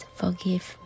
forgive